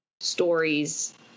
stories